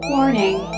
Warning